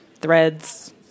Threads